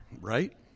right